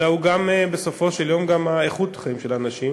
אלא הוא גם בסופו של יום איכות החיים של אנשים,